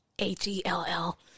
H-E-L-L